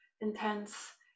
Intense